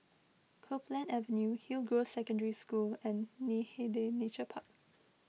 Copeland Avenue Hillgrove Secondary School and Hindhede Nature Park